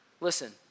Listen